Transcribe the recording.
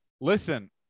listen